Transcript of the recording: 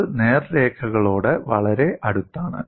നമ്മൾ നേർരേഖകളോട് വളരെ അടുത്താണ്